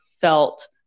felt